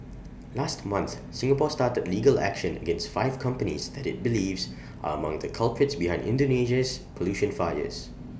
last month Singapore started legal action against five companies that IT believes are among the culprits behind Indonesia's pollution fires